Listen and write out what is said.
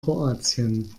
kroatien